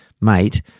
mate